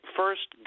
first